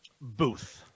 booth